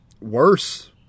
worse